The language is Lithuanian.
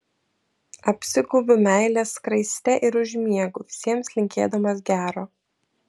apsigaubiu meilės skraiste ir užmiegu visiems linkėdamas gero